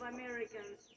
Americans